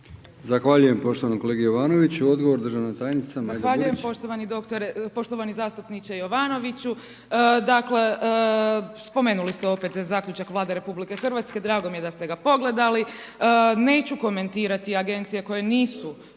Zahvaljujem poštovanom kolegi Jovanoviću. Odgovor državna tajnica Majda Burić.